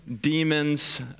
demons